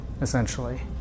essentially